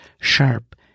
sharp